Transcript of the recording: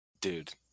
dude